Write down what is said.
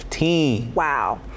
Wow